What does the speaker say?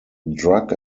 drug